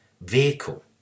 vehicle